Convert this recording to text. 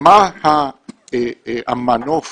מה המנוף